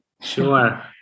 Sure